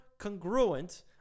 congruent